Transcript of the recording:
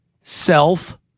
Self